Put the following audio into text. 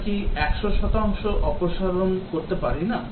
আমরা কি 100 শতাংশ অপসারণ করতে পারি না